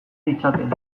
ditzaten